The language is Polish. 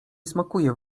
smakuje